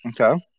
Okay